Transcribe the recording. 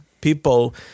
people